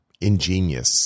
ingenious